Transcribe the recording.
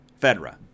Fedra